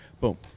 Boom